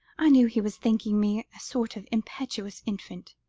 i knew he was thinking me a sort of impetuous infant,